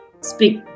speak